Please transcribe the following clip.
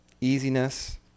easiness